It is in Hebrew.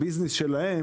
את הביזנס שלהם,